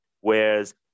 Whereas